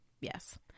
Yes